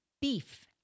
Beef